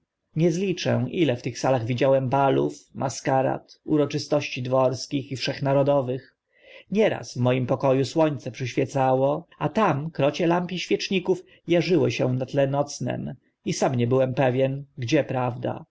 nie zliczę ile w tych salach widziałem balów maskarad uroczystości dworskich i wszechnarodowych nieraz w moim poko u słońce przyświecało a tam krocie lamp i świeczników arzyły się na tle nocnym i sam nie byłem pewien gdzie prawda